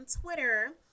Twitter